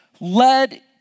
led